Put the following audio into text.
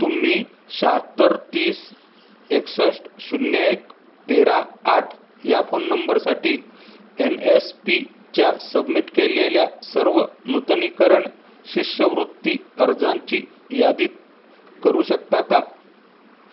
तुम्ही शहात्तर तीस एकसष्ट शून्य एक तेरा आठ या फोन नंबरसाठी एन एस पीच्या सबमिट केलेल्या सर्व नूतनीकरण शिष्यवृत्ती अर्जांची यादी करू शकता का